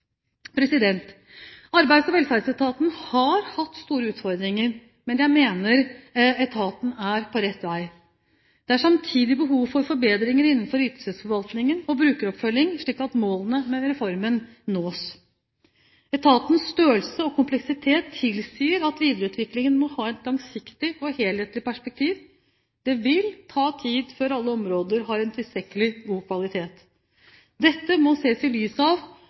Arbeids- og velferdsetaten har hatt store utfordringer, men jeg mener etaten er på rett vei. Det er samtidig behov for forbedringer innenfor ytelsesforvaltningen og brukeroppfølgingen, slik at målene med reformen nås. Etatens størrelse og kompleksitet tilsier at videreutviklingen må ha et langsiktig og helhetlig perspektiv. Det vil ta tid før alle områder har en tilstrekkelig god kvalitet. Dette må ses i lys av